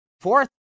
Fourth